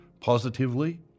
positively